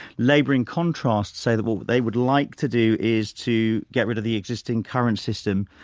labour, in contrast, say that what they would like to do is to get rid of the existing current system.